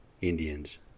Indians